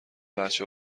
بچه